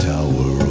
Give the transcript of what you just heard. Tower